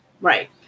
Right